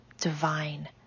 divine